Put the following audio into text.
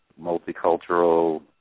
multicultural